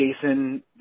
Jason